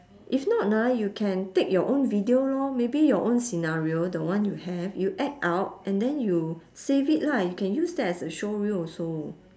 if not ah you can take your own video lor maybe your own scenario the one you have you act out and then you save it lah you can use that as a showreel also